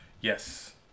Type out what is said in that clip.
Yes